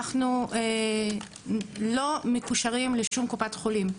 אנחנו לא מקושרים לשום קופת חולים.